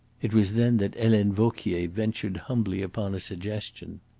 it was then that helene vauquier ventured humbly upon a suggestion.